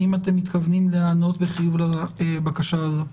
האם אתם מתכוונים להיענות בחיוב לבקשה הזו?